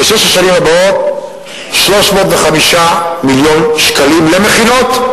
לשש השנים הבאות 305 מיליון שקלים למכינות,